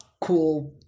cool